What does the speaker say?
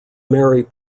marry